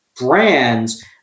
brands